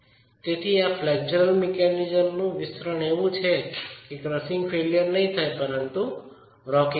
તેથી આ ફ્લેક્ચરલ મિકેનિઝમનું વિસ્તરણ એવું છે ક્રશિંગ ફેઇલ્યર નહીં થાય પરંતુ રોકિંગ થાય છે